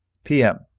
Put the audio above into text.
p m.